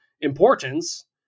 importance